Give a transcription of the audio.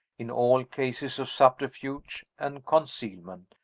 in all cases of subterfuge and concealment,